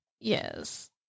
Yes